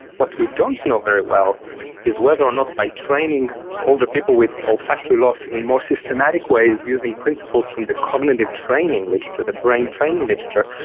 what we don't know very well is whether or not by training older people with olfactory loss in more systematic ways using principles from the cognitive training literature, the brain training literature,